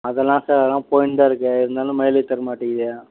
அதெல்லாம் சார் அதெல்லாம் போய்ன்னுதான் இருக்குது இருந்தாலும் மைலேஜ் தர மாட்டேங்குது